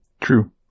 True